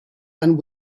and